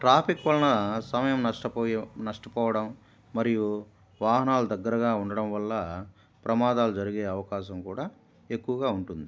traffic వలన సమయం నష్టపోయా నష్టపోవడం మరియు వాహనాలు దగ్గరగా ఉండడం వల్ల ప్రమాదాలు జరిగే అవకాశం కూడా ఎక్కువగా ఉంటుంది